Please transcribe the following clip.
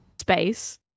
space